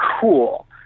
cool